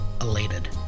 elated